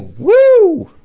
woo!